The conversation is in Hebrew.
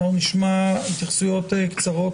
אנחנו נשמע התייחסויות קצרות.